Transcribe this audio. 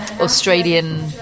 Australian